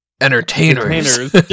entertainers